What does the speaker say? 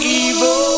evil